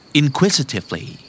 inquisitively